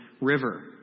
River